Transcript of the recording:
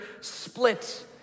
split